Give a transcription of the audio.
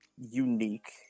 unique